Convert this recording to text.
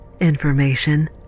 information